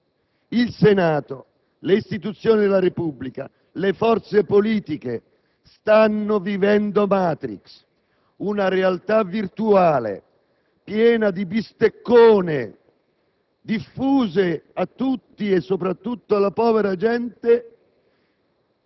pieno di profondi significati, dal titolo "Matrix". Il Senato, le istituzioni della Repubblica, le forze politiche stanno vivendo "Matrix", una realtà virtuale, piena di "bisteccone"